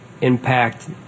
impact